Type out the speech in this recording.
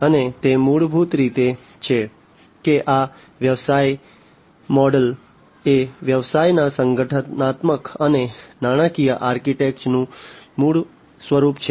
અને તે મૂળભૂત રીતે છે કે આ વ્યવસાય મોડેલ એ વ્યવસાયના સંગઠનાત્મક અને નાણાકીય આર્કિટેક્ચરનું મૂર્ત સ્વરૂપ છે